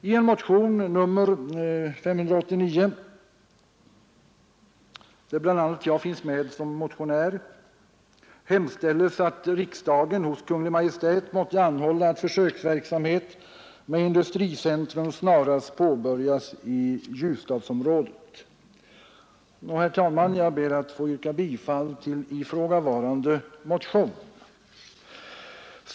I motionen 589, där bl.a. jag finns med som motionär, hemställs att riksdagen hos Kungl. Maj:t måtte anhålla att försöksverksamhet med industricentrum snarast påbörjas i Ljusdalsområdet. Jag ber, herr talman, att få yrka bifall till ifrågavarande motion.